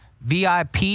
VIP